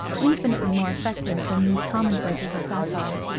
infinitely more effective than these commonplaces of satire.